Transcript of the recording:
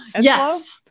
Yes